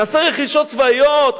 נעשה רכישות צבאיות,